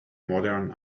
modern